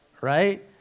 Right